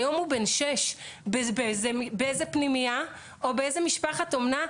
היום הוא בן שש באיזו פנימייה או באיזו משפחת אומנה,